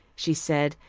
she said,